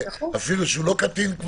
אפילו שלא קטין,